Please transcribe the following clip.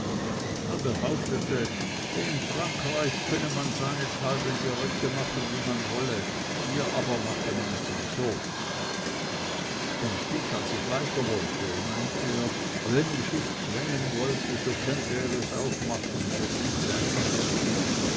behauptete in frankreich könne man seinethalben die röcke machen wie man wolle hier aber mache man sie wie es der brauch sei endlich als ich weiter wollte meinte er wenn ich es zwängen wollte so könnte er es auch machen so gut wie ein anderer